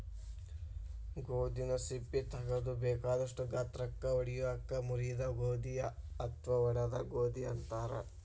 ಗೋಧಿನ ಸಿಪ್ಪಿ ತಗದು ಬೇಕಾದಷ್ಟ ಗಾತ್ರಕ್ಕ ಒಡಿಯೋದಕ್ಕ ಮುರಿದ ಗೋಧಿ ಅತ್ವಾ ಒಡದ ಗೋಧಿ ಅಂತಾರ